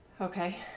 Okay